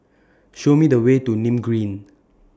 Show Me The Way to Nim Green